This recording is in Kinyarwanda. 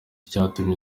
cyatumye